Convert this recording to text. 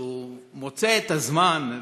שמוצא את הזמן,